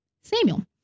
Samuel